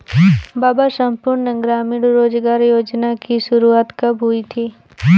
बाबा संपूर्ण ग्रामीण रोजगार योजना की शुरुआत कब हुई थी?